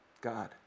God